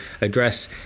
address